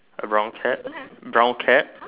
A brown cap brown cap